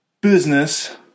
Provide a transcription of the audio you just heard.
business